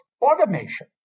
automation